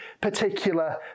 particular